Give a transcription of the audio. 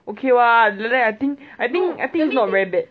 okay what like that I think I think I think it's not very bad